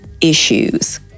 issues